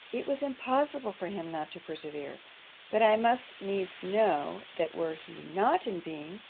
it was impossible for him not to persevere but i must needs know, that were he not in being,